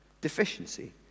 Deficiency